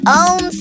own